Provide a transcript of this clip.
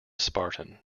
spartan